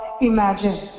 imagine